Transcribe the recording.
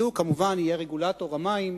כמובן יהיה רגולטור, המים